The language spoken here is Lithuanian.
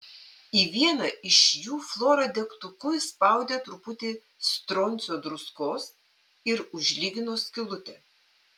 į vieną iš jų flora degtuku įspaudė truputį stroncio druskos ir užlygino skylutę